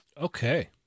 Okay